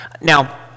Now